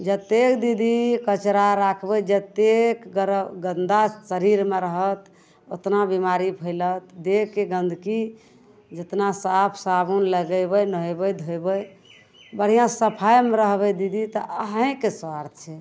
जतेक दीदी कचरा राखबै जतेक तरह गन्दा शरीरमे रहत ओतना बेमारी फैलत देखिके गन्दगी जतना साफ साबुन लगेबै नहेबै धोबै बढ़िआँ सफाइमे रहबै दीदी तऽ अहीँके स्वच्छ छै